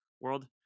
world